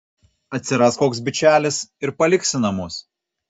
atsiras koks bičelis ir paliksi namus